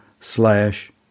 slash